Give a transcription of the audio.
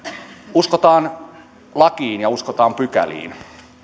uskotaan lakiin ja uskotaan pykäliin